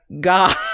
god